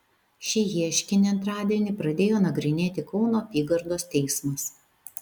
šį ieškinį antradienį pradėjo nagrinėti kauno apygardos teismas